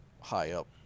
high-up